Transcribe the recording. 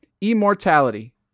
Immortality